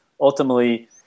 ultimately